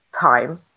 time